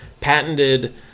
patented